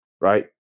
Right